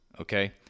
okay